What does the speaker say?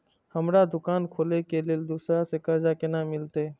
हमरा दुकान खोले के लेल दूसरा से कर्जा केना मिलते?